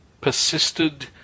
persisted